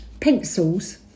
pencils